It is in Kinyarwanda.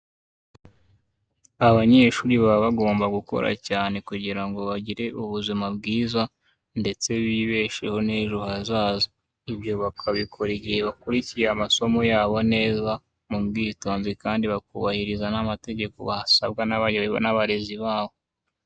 Abanyeshuri baba bagomba gukora cyane kugira ngo bagire ubuzima bwiza, ndetse bibesheho n'ejo hazaza. Ibyo bakabikora igihe bakurikiye amasomo neza, mu bwitonzi kandi bakubahiriza n'amategeko basabwa n'abayobozi babo.